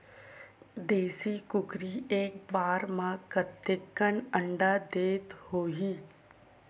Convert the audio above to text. देशी कुकरी एक बार म कतेकन अंडा देत होही?